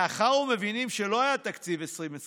מאחר שמבינים שלא יהיה תקציב 2021,